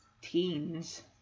teens